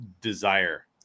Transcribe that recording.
desire